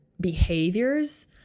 behaviors